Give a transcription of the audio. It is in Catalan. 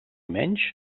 menys